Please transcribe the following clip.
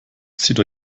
zieht